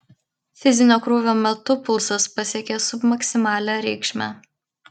fizinio krūvio metu pulsas pasiekė submaksimalią reikšmę